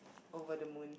over the moon